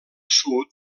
sud